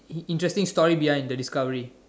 interesting story behind the discovery